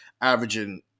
averaging